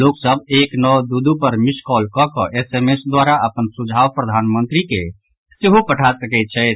लोक सभ एक नओ दू दू पर मिस कॉल कऽ कऽ एसएमएस द्वारा अपन सुझाव प्रधानमंत्री के सेहो पठा सकैत छथि